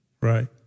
Right